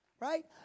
Right